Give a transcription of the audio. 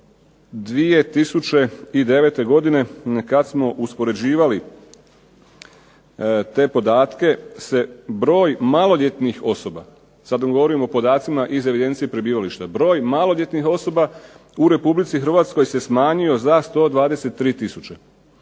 do 2009. godine kad smo uspoređivali te podatke se broj maloljetnih osoba, sad vam govorim o podacima iz evidencije prebivališta, broj maloljetnih osoba u Republici Hrvatskoj se smanjio za 123